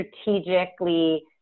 strategically